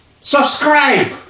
Subscribe